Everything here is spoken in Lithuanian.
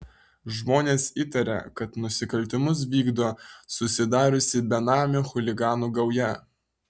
žmonės įtaria kad nusikaltimus vykdo susidariusi benamių chuliganų gauja